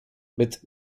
mit